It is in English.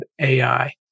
AI